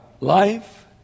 life